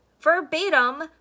verbatim